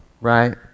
right